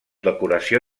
decoració